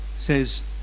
says